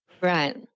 Right